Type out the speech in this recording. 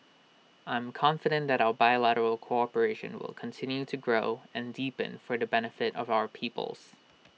I am confident that our bilateral cooperation will continue to grow and deepen for the benefit of our peoples